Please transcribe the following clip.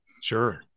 Sure